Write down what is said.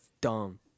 dumb